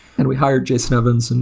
and we hired jason evans, and